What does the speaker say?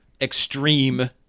extreme